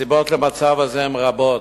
הסיבות למצב הזה הן רבות,